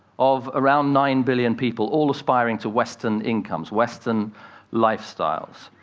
of around nine billion people, all aspiring to western incomes, western lifestyles.